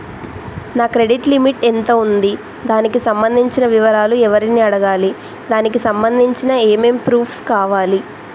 నా credit limit ఎంత ఉంది? దానికి సంబంధించిన వివరాలు ఎవరిని అడగాలి? దానికి సంబంధించిన ఏమేం ప్రూఫ్స్ కావాలి?